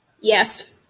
Yes